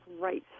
right